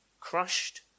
crushed